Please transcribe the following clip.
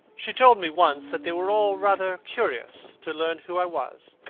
she told me once that they were all rather curious to learn who i was,